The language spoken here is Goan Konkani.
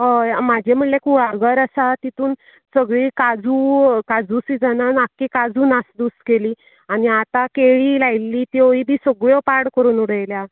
हय म्हाजे म्हणल्यार कुळागर आसा तितून सगळीं काजू काजू सिजनान आख्खी काजू नासदूस केली आनी आतां केळी लायली त्यो बी सगल्यों पाड करून उडयल्या